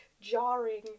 jarring